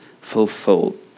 fulfilled